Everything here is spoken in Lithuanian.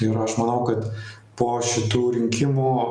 ir aš manau kad po šitų rinkimų